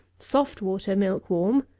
soft water milk-warm,